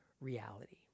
reality